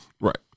Right